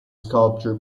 sculpture